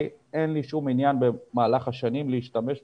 אין לי שום עניין במהלך השנים להשתמש בו.